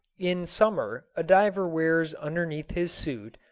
in summer a diver wears underneath his suit,